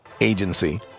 Agency